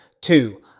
Two